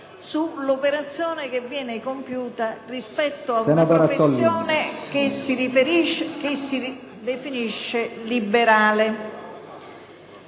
sull'operazione che viene compiuta rispetto ad una professione che si definisce liberale.